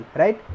right